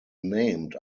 named